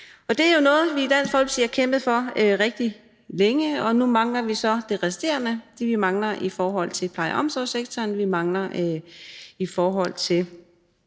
Det er jo noget, vi i Dansk Folkeparti har kæmpet for rigtig længe, og nu mangler vi så det resterende – det, vi mangler i forhold til pleje- og omsorgssektoren, det, vi mangler i forhold til